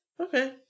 Okay